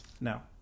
now